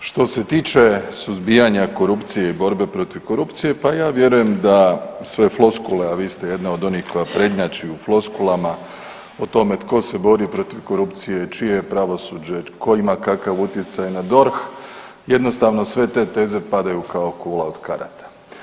Što se tiče suzbijanja korupcije i borbe protiv korupcije, pa ja vjerujem da sve floskule, a vi ste jedna od onih koja prednjači u floskulama o tome tko se bori protiv korupcije, čije je pravosuđe, tko ima kakav utjecaj na DORH, jednostavno sve te teze padaju kao kula od karata.